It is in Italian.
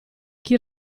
chi